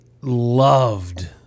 loved